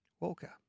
Walker